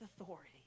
authority